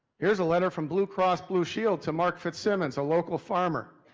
here's a letter from blue cross blue shield. to mark fitzsimmons, a local farmer.